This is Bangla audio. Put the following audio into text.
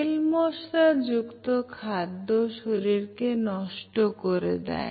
তেল মসলা যুক্ত খাদ্য শরীরকে নষ্ট করে দেয়